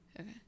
okay